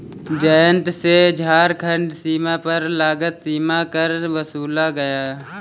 जयंत से झारखंड सीमा पर गलत सीमा कर वसूला गया